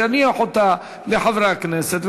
שיניח אותה לחברי הכנסת,